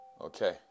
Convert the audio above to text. Okay